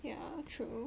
ya true